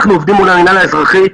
אנחנו עובדים מול המינהל האזרחי,